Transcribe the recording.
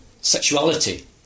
sexuality